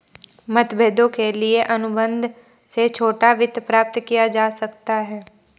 मतभेदों के लिए अनुबंध से छोटा वित्त प्राप्त किया जा सकता है